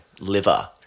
liver